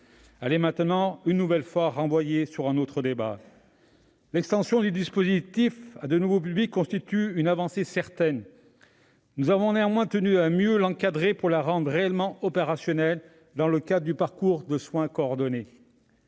Elle est maintenant renvoyée à un autre débat. L'extension du dispositif à de nouveaux publics constitue une avancée certaine. Nous avons néanmoins tenu à mieux l'encadrer pour la rendre réellement opérationnelle, dans le cadre du parcours de soins coordonné.